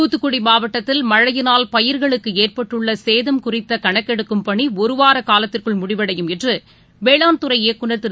தூத்துக்குடிமாவட்டத்தில் மழையினால் பயிர்களுக்குஏற்பட்டுள்ளசேதம் குறித்தகணக்கெடுக்கும் பணிஒருவாரகாலத்திற்குள் முடிவடையும் என்றுவேளாண்துறை இயக்குநர் திரு